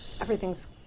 everything's